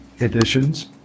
editions